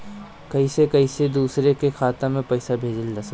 कईसे कईसे दूसरे के खाता में पईसा भेजल जा सकेला?